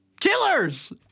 Killers